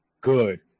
good